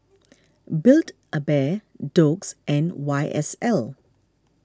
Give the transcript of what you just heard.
build A Bear Doux and Y S L